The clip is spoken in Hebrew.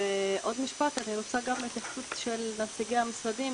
ועוד משפט, אני רוצה התייחסות של נציגי המשרדים,